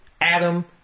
Adam